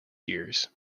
years